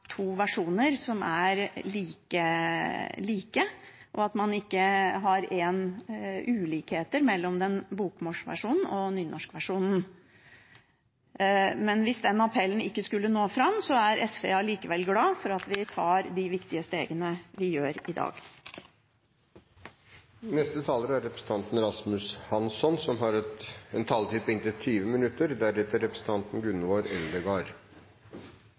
to versjoner som er like, og at man ikke har ulikheter mellom bokmålsversjonen og nynorskversjonen, men hvis den appellen ikke skulle nå fram, er SV allikevel glad for at vi tar de viktige stegene vi tar i dag. Vi er nå midtveis i 200-årsjubileet for Grunnloven av 1814, og det jubileet er et